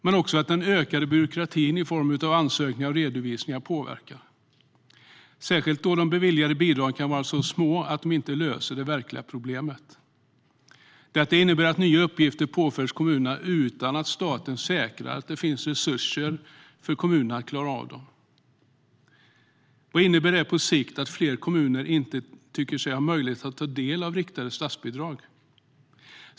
Men också den ökande byråkratin i form av ansökningar och redovisningar påverkar, särskilt då de beviljade bidragen kan vara så små att de inte löser det verkliga problemet. Detta innebär att nya uppgifter påförs kommunerna utan att staten säkrar att det finns resurser för kommunerna att klara av dem. Vad innebär det på sikt om fler kommuner inte tycker sig ha möjlighet att ta del av riktade statsbidrag?